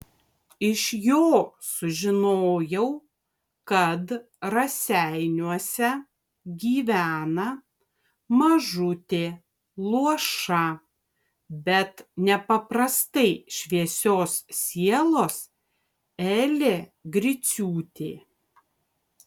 iš jo sužinojau kad raseiniuose gyvena mažutė luoša bet nepaprastai šviesios sielos elė griciūtė